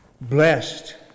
blessed